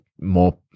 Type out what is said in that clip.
more